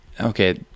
Okay